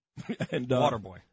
Waterboy